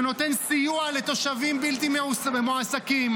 שנותן סיוע לתושבים בלתי מועסקים,